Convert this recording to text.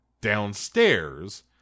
downstairs